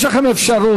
יש לכם אפשרות,